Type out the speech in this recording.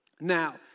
Now